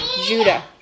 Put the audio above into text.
Judah